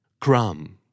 Crumb